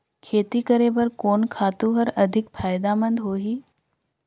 खेती करे बर कोन खातु हर अधिक फायदामंद होही?